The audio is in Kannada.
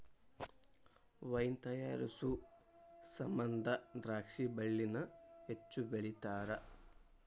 ವೈನ್ ತಯಾರಿಸು ಸಮಂದ ದ್ರಾಕ್ಷಿ ಬಳ್ಳಿನ ಹೆಚ್ಚು ಬೆಳಿತಾರ